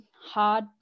hard